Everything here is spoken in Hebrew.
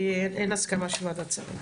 כי אין הסכמה של ועדת שרים.